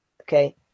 Okay